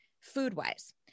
food-wise